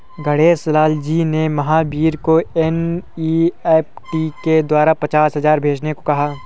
गणेश लाल जी ने महावीर को एन.ई.एफ़.टी के द्वारा पचास हजार भेजने को कहा